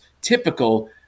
typical